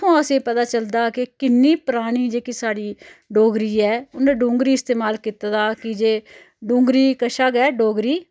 ते उत्थुआं असें पता चलदा कि किन्नी परानी जेह्की साढ़ी डोगरी ऐ उ'नें डुंगरी इस्तमाल कीते दा कीजे डुंगरी कशा गै डोगरी